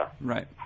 Right